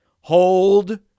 Hold